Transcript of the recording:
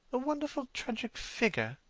a wonderful tragic figure?